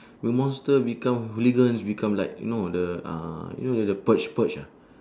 m~ monster become hooligans become like you know the uh you know like the purge purge ah